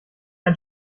ein